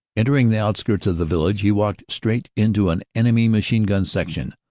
entering the out skirts of the village he walked straight into an enemy machine gun section,